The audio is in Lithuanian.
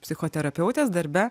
psichoterapeutės darbe